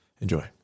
Enjoy